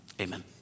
Amen